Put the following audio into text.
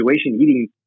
eating